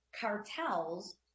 cartels